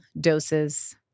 Doses